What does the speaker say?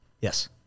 Yes